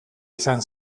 izan